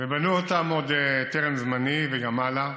בנו אותם עוד טרם זמני וגם הלאה